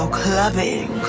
clubbing